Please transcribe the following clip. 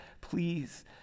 please